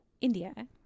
India